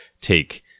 take